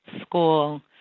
school